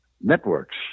networks